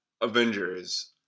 Avengers